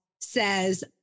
says